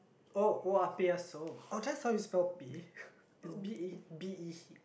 oh oya-beh-ya-som oh that's how you spell beh it's B_A B_E